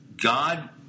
God